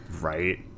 Right